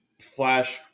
flash